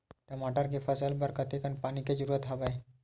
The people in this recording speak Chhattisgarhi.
टमाटर के फसल बर कतेकन पानी के जरूरत हवय?